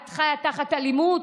את חיה תחת אלימות?